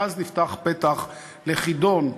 ואז נפתח פתח לחידון,